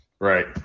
right